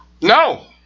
No